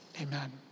Amen